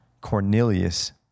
Cornelius